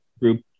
group